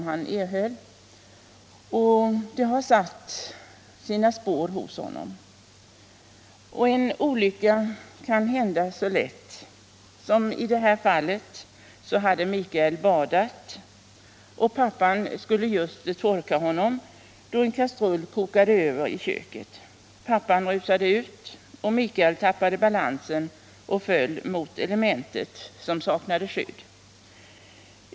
Den har satt sina spår hos honom. En olycka kan hända så lätt. I det här fallet hade Mikael badat, och pappan skulle just torka honom, då en kastrull kokade över i köket. Pappan rusade ut, och Mikael tappade balansen och föll mot elementet, som saknade skydd.